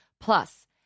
Plus